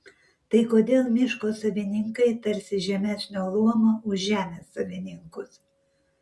tai kodėl miško savininkai tarsi žemesnio luomo už žemės savininkus